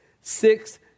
six